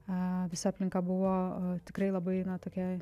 a visa aplinka buvo tikrai labai na tokia